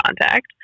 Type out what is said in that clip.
contact